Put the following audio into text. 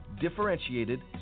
Differentiated